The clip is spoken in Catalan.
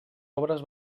obres